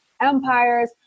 empires